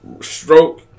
stroke